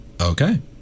okay